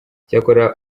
icyakora